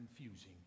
confusing